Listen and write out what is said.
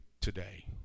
today